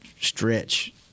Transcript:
stretch